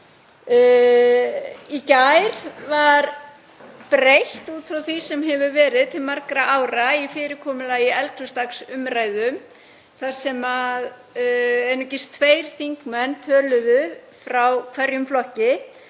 Í gær var breytt út frá því sem verið hefur til margra ára í fyrirkomulagi eldhúsdagsumræðna þar sem einungis tveir þingmenn töluðu frá hverjum flokki.